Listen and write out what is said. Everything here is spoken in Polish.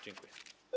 Dziękuję.